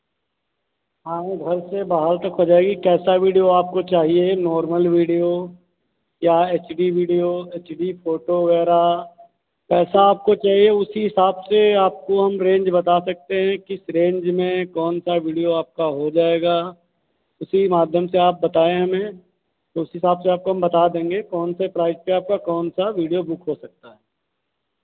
हाँ घर से बाहर तक हो जाएगी कैसा वीडियो आपको चाहिए नार्मल वीडियो या H D video H D photo वगैरह कैसा आपको चाहिए उसी हिसाब से आपको हम रेंज बता सकते हैं कि किस रेंज में कौन सा वीडियो आपका हो जाएगा उसी माध्यम से आप बताएं हमें तो उस हिसाब से आपको हम बता देंगे कौन से प्राइस पर आपका कौन सा वीडियो बुक हो सकता है